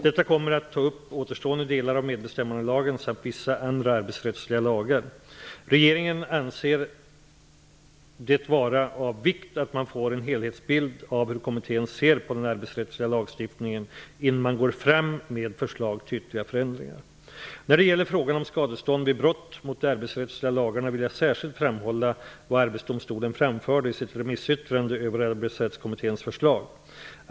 Detta kommer att ta upp återstående delar av medbestämmandelagen samt vissa andra arbetsrättsliga lagar. Regeringen anser det vara av vikt att man får en helhetsbild av hur kommittén ser på den arbetsrättsliga lagstiftningen innan man går fram med förslag till ytterligare förändringar. När det sedan gäller frågan om skadestånd vid brott mot de arbetsrättsliga lagarna vill jag särskilt framhålla vad Arbetsdomstolen framförde i sitt remissyttrande över Arbetsrättskommitténs förslag.